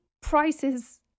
prices